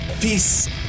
peace